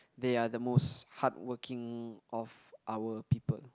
they are the most hardworking of our people